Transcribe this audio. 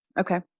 Okay